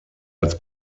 als